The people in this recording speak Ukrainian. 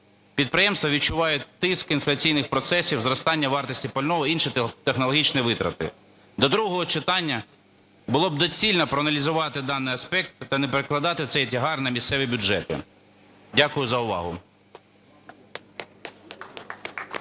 Підприємства відчувають тиск інфляційних процесів, зростання вартості пального й інші технологічні витрати. До другого читання було б доцільно проаналізувати даний аспект та не перекладати цей тягар на місцеві бюджети. Дякую за увагу.